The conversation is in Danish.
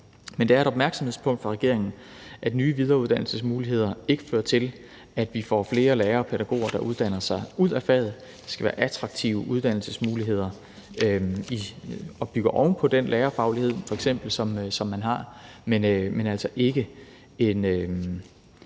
Det er et opmærksomhedspunkt for regeringen, at nye videreuddannelsesmuligheder ikke fører til, at vi får flere lærere og pædagoger, der uddanner sig ud af faget via attraktive uddannelsesmuligheder og bygger oven på f.eks. den lærerfaglighed, som man har. Det er ikke en